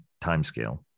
timescale